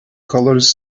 colors